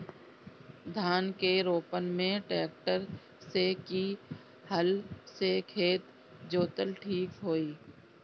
धान के रोपन मे ट्रेक्टर से की हल से खेत जोतल ठीक होई?